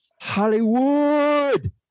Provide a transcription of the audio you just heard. Hollywood